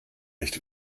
nicht